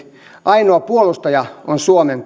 ainoa puolustaja on suomen